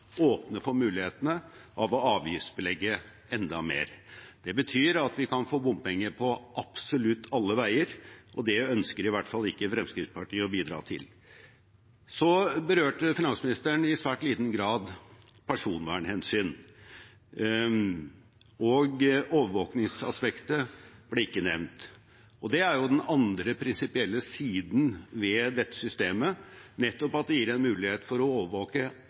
for mulighetene til å avgiftsbelegge enda mer. Det betyr at vi kan få bompenger på absolutt alle veier, og det ønsker i hvert fall ikke Fremskrittspartiet å bidra til. Så berørte finansministeren i svært liten grad personvernhensyn, og overvåkningsaspektet ble ikke nevnt. Det er jo den andre prinsipielle siden ved dette systemet, nettopp at det gir en mulighet for å overvåke